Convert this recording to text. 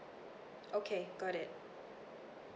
okay got it